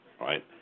right